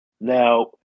Now